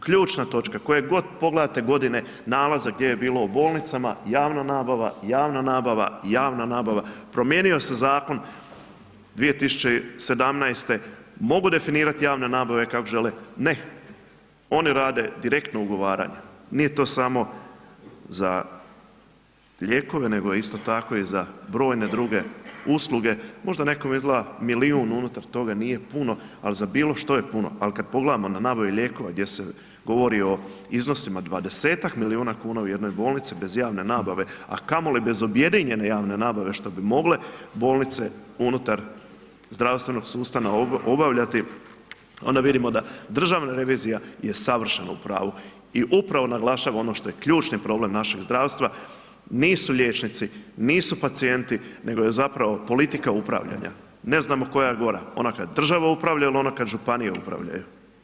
Ključna točka koje god pogledate godine, nalaza gdje je bilo u bolnicama, javna nabava, javna nabava, javna nabava, promijenio se zakon 2017. mogu definirati javne nabave kako žele, ne oni rade direktno ugovaranja, nije to samo za lijekove, nego isto tako za brojne druge usluge, možda nekom izgleda milijun unutar toga, nije puno, al za bilo što je puno, al kad pogledamo na nabave lijekova gdje se govori o iznosima 20-tak milijuna kuna u jednoj bolnici bez javne nabave, a kamoli bez objedinjene javne nabave, što bi mogle bolnice unutar zdravstvenog sustava obavljati, onda vidimo da državna revizija je savršeno u pravo i upravo naglašava ono što je ključni problem našeg zdravstva, nisu liječnici, nisu pacijenti, nego je zapravo politika upravljanja, ne znamo koja je gora, ona kad država upravlja il ona kad županije upravljaju.